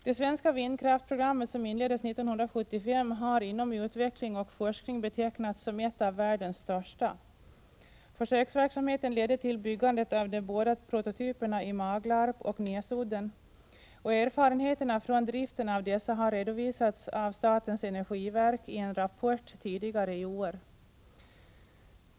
Det svenska vindkraftsprogrammet, som inleddes 1975, har inom utveckling och forskning betecknats som ett av världens största. Försöksverksamheten ledde till byggandet av de båda prototyperna i Maglarp och Näsudden, och erfarenheterna från driften av dessa har redovisats av statens energiverk i en rapport tidigare i år.